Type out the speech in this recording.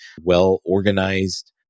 well-organized